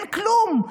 אין כלום,